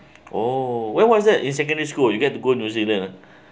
oh why was that in secondary school you get to go new zealand uh